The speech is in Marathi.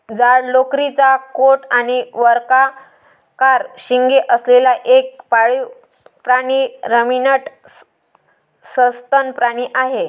जाड लोकरीचा कोट आणि वक्राकार शिंगे असलेला एक पाळीव प्राणी रमिनंट सस्तन प्राणी आहे